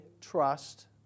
trust